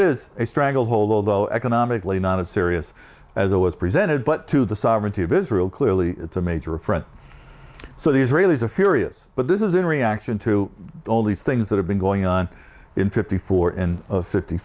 is a stranglehold although economically not as serious as it was presented but to the sovereignty of israel clearly it's a major affront so the israelis are furious but this is in reaction to all these things that have been going on in fifty four and fifty